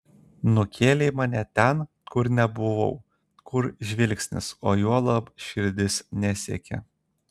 nukėlei mane ten kur nebuvau kur žvilgsnis o juolab širdis nesiekė